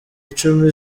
icumi